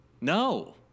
No